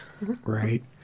Right